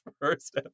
first